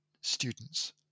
students